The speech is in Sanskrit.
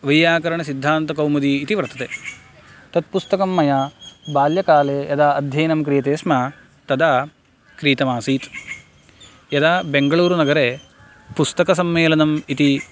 वैयाकरणसिद्धान्तकौमुदी इति वर्तते तत् पुस्तकं मया बाल्यकाले यदा अध्ययनं क्रियते स्म तदा क्रीतम् आसीत् यदा बेङ्ग्लूरुनगरे पुस्तकसम्मेलनम् इति